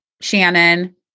Shannon